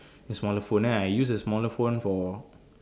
the smaller phone then I use the smaller phone for